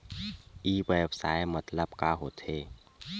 ई व्यवसाय मतलब का होथे?